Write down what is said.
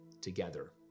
together